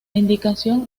indicación